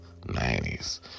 90s